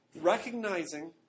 recognizing